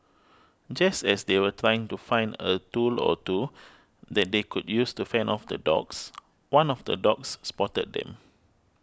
just as they were trying to find a tool or two that they could use to fend off the dogs one of the dogs spotted them